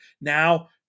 Now